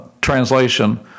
translation